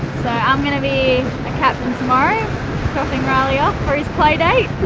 i'm gonna be the captain tomorrow dropping riley off for his playdate